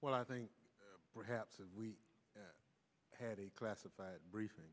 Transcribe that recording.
when i think perhaps if we had a classified briefing